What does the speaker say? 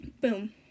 Boom